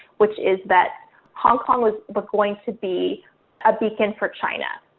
which is that hong kong was going to be a beacon for china.